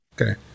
Okay